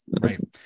Right